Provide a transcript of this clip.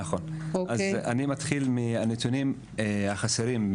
אז אני מתחיל מהנתונים החסרים.